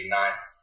nice